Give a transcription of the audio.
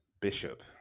Bishop